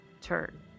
turn